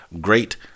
Great